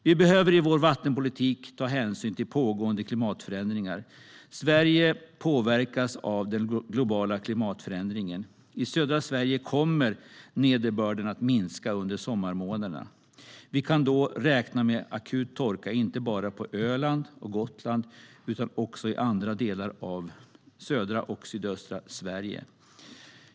Vi behöver i vår vattenpolitik ta hänsyn till pågående klimatförändring. Sverige påverkas av den globala klimatförändringen. I södra Sverige kommer nederbörden att minska under sommarmånaderna. Vi kan då räkna med akut torka inte bara på Öland och Gotland utan också i andra delar av södra och sydöstra Sverige.